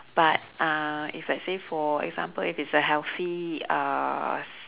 but uh if let's say for example if it's a healthy uh s~